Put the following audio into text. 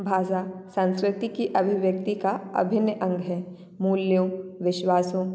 भाषा संस्कृति की अभिव्यक्ति का अभिन्न अंग है मूल्यों विश्वासों